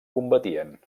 combatien